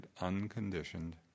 unconditioned